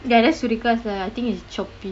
ya that's surekha's lah I think it's Shopee